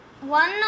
one